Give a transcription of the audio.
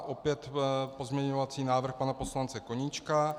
Opět pozměňovací návrh pana poslance Koníčka.